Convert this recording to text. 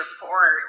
report